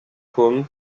côme